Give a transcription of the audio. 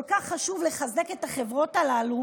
כל כך חשוב לחזק את החברות הללו,